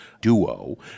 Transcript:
duo